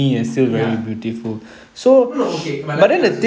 ya no no okay but let me ask